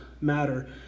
matter